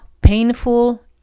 painful